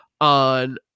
on